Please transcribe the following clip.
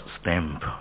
stamp